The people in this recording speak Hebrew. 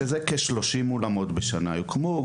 כ-30 אולמות בשנה יוקמו.